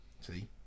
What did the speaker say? See